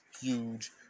huge